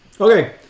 Okay